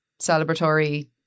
celebratory